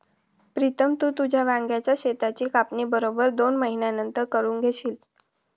प्रीतम, तू तुझ्या वांग्याच शेताची कापणी बरोबर दोन महिन्यांनंतर करून घेशील